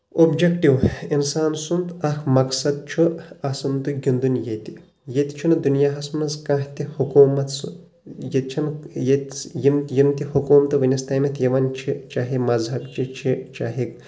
objective انسان سُنٛد اکھ مقصد چھُ اسُن تہٕ گنٛدُن ییٚتہِ ییٚتہِ چھُنہٕ دُنیا ہس منٛز کانٛہہ تہِ حکوٗمت سُہ یٚیتہِ چھنہٕ ییٚتہِ یِم یِم تہِ حکومتہٕ وُنِس تامتھ یِوان چھِ چاہے مزہب چہِ چھِ چاہے